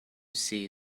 see